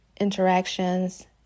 interactions